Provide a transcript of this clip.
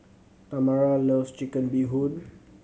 Tamara loves Chicken Bee Hoon